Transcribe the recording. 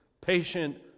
patient